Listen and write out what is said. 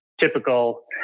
typical